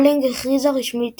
רולינג הכריזה רשמית